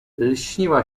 lśniła